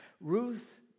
Ruth